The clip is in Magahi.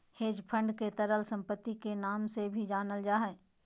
हेज फंड के तरल सम्पत्ति के नाम से भी जानल जा हय